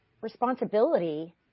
responsibility